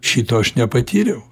šito aš nepatyriau